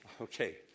Okay